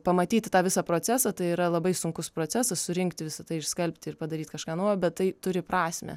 pamatyti tą visą procesą tai yra labai sunkus procesas surinkti visa tai išskalbti ir padaryt kažką naujo bet tai turi prasmę